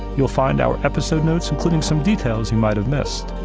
you'll find our episodes notes including some details you might have missed.